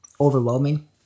overwhelming